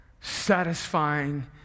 satisfying